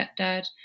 stepdad